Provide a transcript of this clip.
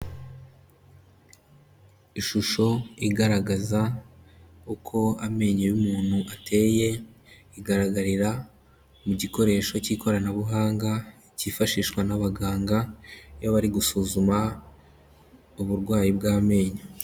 Ishusho igaragaza uko amenyo y'umuntu ateye, igaragarira mu gikoresho cyikoranabuhanga cyifashishwa n'abaganga, iyo bari gusuzuma uburwayi bw'amenyo.